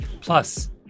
Plus